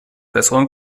besseren